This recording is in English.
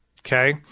okay